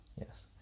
Yes